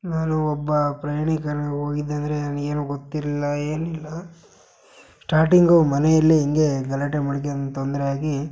ನಾನು ಒಬ್ಬ ಪ್ರಯಾಣಿಕನಾಗಿ ಹೋಗಿದ್ದಂದರೆ ನನಗೆ ಏನೂ ಗೊತ್ತಿರಲಿಲ್ಲ ಏನಿಲ್ಲ ಸ್ಟಾರ್ಟಿಂಗು ಮನೆಯಲ್ಲಿ ಹಿಂಗೇ ಗಲಾಟೆ ಮಾಡ್ಕಂದ್ ತೊಂದರೆಯಾಗಿ